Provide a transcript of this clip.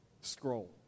scroll